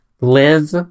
live